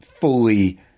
fully